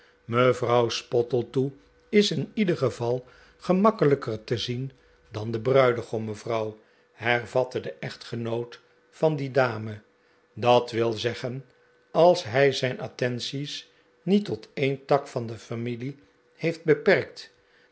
mevrouw spottletoe is in ieder geval gemakkelijker te zien dan de bruidegom mevrouw hervatte de echtgenoot van die dame dat wil zeggen als hij zijn attenties niet tot een tak van de familie heeft beperkt